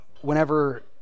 whenever